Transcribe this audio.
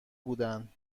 بودن